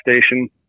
station